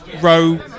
row